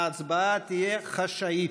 ההצבעה תהיה חשאית.